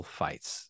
fights